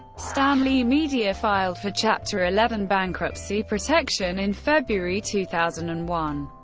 stan lee media filed for chapter eleven bankruptcy protection in february two thousand and one.